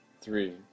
three